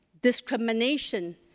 discrimination